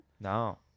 No